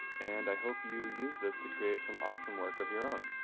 and i hope you use this to create some awesome work of your own,